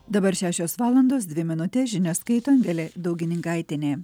dabar šešios valandos dvi minutės žinias skaito angelė daugininkaitienė